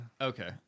Okay